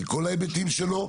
מכל ההיבטים שלו,